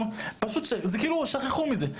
כאילו שכחו מזה.